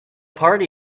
party